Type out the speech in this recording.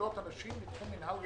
נקלוט אנשים מתחום מינהל רפואי.